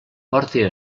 porte